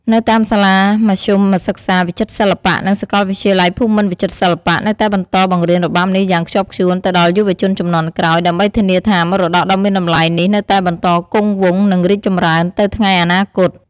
នៅតាមសាលាមធ្យមសិក្សាវិចិត្រសិល្បៈ និងសាកលវិទ្យាល័យភូមិន្ទវិចិត្រសិល្បៈ នៅតែបន្តបង្រៀនរបាំនេះយ៉ាងខ្ជាប់ខ្ជួនទៅដល់យុវជនជំនាន់ក្រោយ ដើម្បីធានាថា មរតកដ៏មានតម្លៃនេះនៅតែបន្តគង់វង្ស និងរីកចម្រើនទៅថ្ងៃអនាគត។